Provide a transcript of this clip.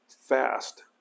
fast